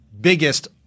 biggest